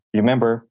remember